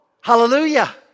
Hallelujah